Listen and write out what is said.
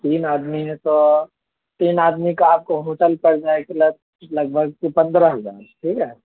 تین آدمی ہیں تو تین آدمی کا آپ کو ہوٹل پڑ جائے گا لگ بھگ پندرہ ہزار ہے